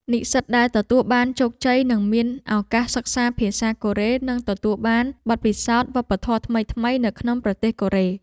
និស្សិតដែលទទួលបានជោគជ័យនឹងមានឱកាសសិក្សាភាសាកូរ៉េ និងទទួលបានបទពិសោធន៍វប្បធម៌ថ្មីៗនៅក្នុងប្រទេសកូរ៉េ។